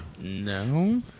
No